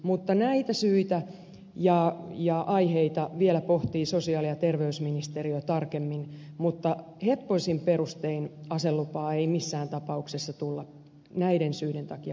mutta näitä syitä ja aiheita vielä pohtii sosiaali ja terveysministeriö tarkemmin mutta heppoisin perustein aselupaa ei missään tapauksessa tulla näiden syiden takia perumaan